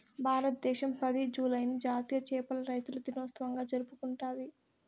భారతదేశం పది, జూలైని జాతీయ చేపల రైతుల దినోత్సవంగా జరుపుకుంటాది